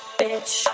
bitch